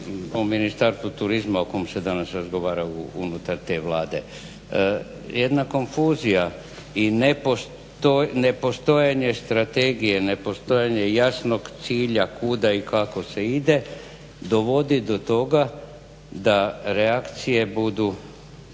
o Ministarstvu turizma o kom se danas razgovara unutar te Vlade. Jedna konfuzija i nepostojanje strategije, nepostojanje jasnog cilja kuda i kako se ide dovodi do toga da reakcije budu